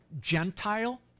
Gentile